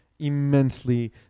immensely